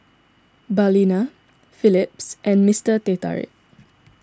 Balina Phillips and Mister Teh Tarik